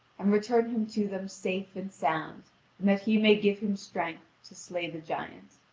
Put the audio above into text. and return him to them safe and sound, and that he may give him strength to slay the giant.